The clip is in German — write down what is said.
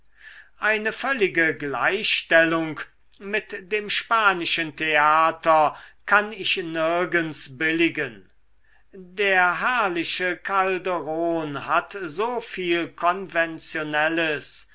eine völlige gleichstellung mit dem spanischen theater kann ich nirgends billigen der herrliche calderon hat so viel konventionelles